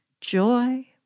joy